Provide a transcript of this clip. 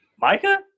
Micah